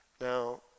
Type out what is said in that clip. Now